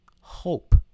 hope